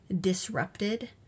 disrupted